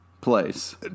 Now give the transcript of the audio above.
place